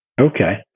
Okay